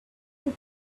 who